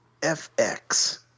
FX